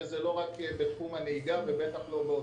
זה לא רק בתחום הנהיגה ובטח לא רק באוטובוסים.